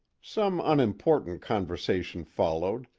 some unimportant conversation followed,